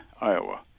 Iowa